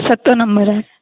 सतों नंबर आहे